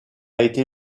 été